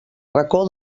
racó